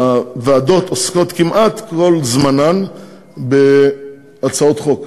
הוועדות עוסקות כמעט כל זמנן בהצעות חוק,